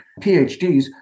PhDs